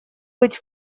быть